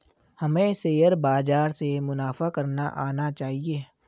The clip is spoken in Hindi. हमें शेयर बाजार से मुनाफा करना आना चाहिए